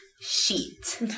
sheet